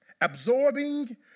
absorbing